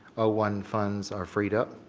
one funds are freed up?